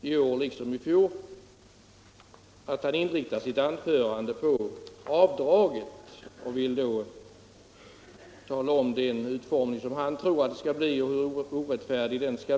I år liksom i fjol inriktar herr Lundgren sitt anförande på avdragsrätten och talar om hur orättvist den skulle utformas.